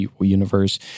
universe